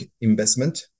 investment